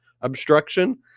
obstruction